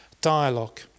dialogue